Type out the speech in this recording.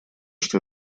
что